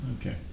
Okay